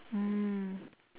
mm